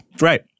Right